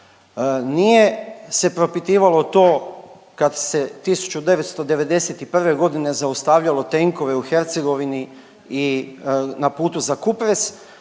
Nije se propitivalo to kad se 1991.g zaustavljalo tenkove u Hercegovini i na putu za Kupres,